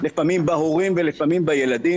לפעמים בהורים ולפעמים בילדים.